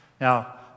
Now